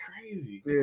crazy